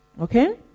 Okay